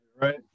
Right